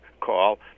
call